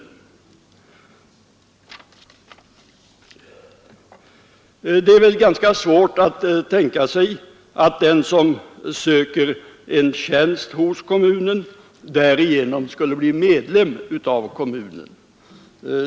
Det är väl ganska svårt att tänka sig att den som söker en tjänst hos kommunen därigenom skulle bli medlem av kommunen.